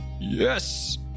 yes